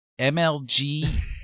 MLG